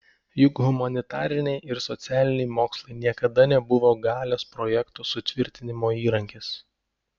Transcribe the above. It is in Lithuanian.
juk humanitariniai ir socialiniai mokslai niekada nebuvo galios projekto sutvirtinimo įrankis